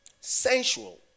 sensual